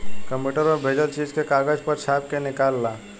computer पर भेजल चीज के कागज पर छाप के निकाल ल